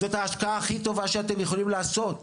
זאת ההשקעה הכי טובה שאתם יכולים לעשות.